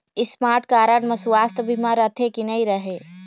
Smart card म सुवास्थ बीमा रथे की नई रहे?